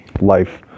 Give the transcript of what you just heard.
life